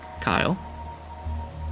Kyle